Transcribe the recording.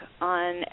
on